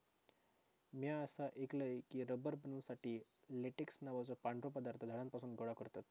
म्या असा ऐकलय की, रबर बनवुसाठी लेटेक्स नावाचो पांढरो पदार्थ झाडांपासून गोळा करतत